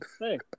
hey